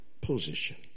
position